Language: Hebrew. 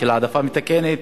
של העדפה מתקנת,